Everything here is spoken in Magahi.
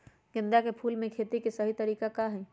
गेंदा के फूल के खेती के सही तरीका का हाई?